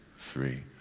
three,